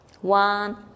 one